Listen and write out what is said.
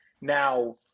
Now